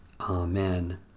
Amen